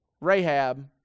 Rahab